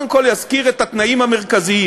תוצאות ההצבעה: בעד, 39, נגד, 72, שני נמנעים.